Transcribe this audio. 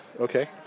Okay